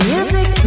Music